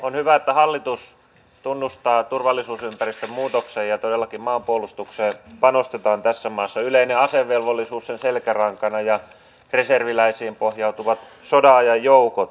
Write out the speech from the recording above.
on hyvä että hallitus tunnustaa turvallisuusympäristön muutoksen ja todellakin maanpuolustukseen panostetaan tässä maassa sen selkärankana yleinen asevelvollisuus ja reserviläisiin pohjautuvat sodanajan joukot